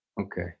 Okay